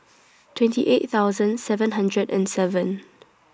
twenty eight thousand seven hundred and seven